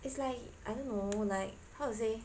it's like I don't know like how to say